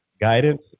guidance